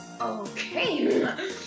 Okay